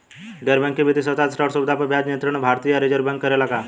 गैर बैंकिंग वित्तीय संस्था से ऋण सुविधा पर ब्याज के नियंत्रण भारती य रिजर्व बैंक करे ला का?